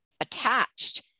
attached